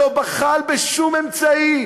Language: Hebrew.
שלא בחל בשום אמצעי